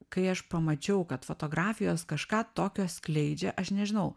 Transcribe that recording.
kai aš pamačiau kad fotografijos kažką tokio skleidžia aš nežinau